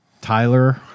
Tyler